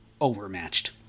overmatched